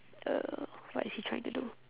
uh what is he trying to do